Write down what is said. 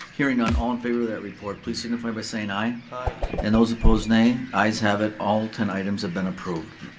hearing on all in favor of that report, please signify by saying aye. aye. and those opposed nay, ayes have it, all ten items have been approved.